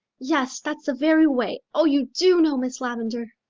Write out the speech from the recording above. yes, that's the very way. oh, you do know, miss lavendar.